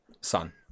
sun